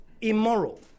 immoral